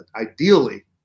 ideally